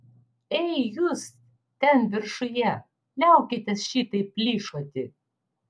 ei jūs ten viršuje liaukitės šitaip plyšoti